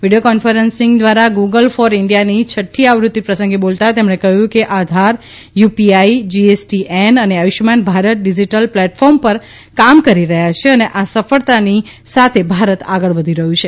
video conferencing દ્વારા Google for ઈન્ડિયાની છઠ્ઠી આવૃત્તિ પ્રસંગે બોલતાં તેમણે કહ્યું કે આધાર યુપીઆઈ જીએસટીએન અને આયુષ્માન ભારત ડિજિટલ પ્લેટફોર્મ પર કામ કરી રહ્યા છે અને આ સફળતાની સાથે ભારત આગળ વધી રહ્યું છે